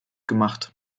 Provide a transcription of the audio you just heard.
gemacht